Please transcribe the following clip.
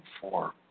four